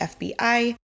FBI